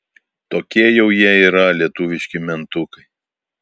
tokie jau jie yra lietuviški mentukai